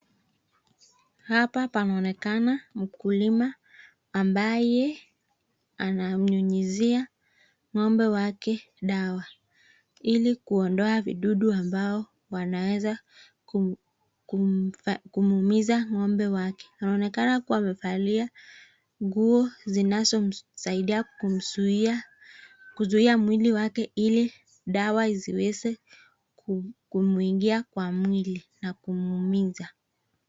Hapa panaonekana mkulima ambaye anamnyunyizia ng'ombe wake dawa ili kuondoa vidudu ambao wanaweza kumuumiza ng'ombe wake. Inaonekana kuwa amevalia nguo zinazomsaidia kuzuia mwili wake ili dawa isiweze kumuingia kwa mwili na kumuumiza.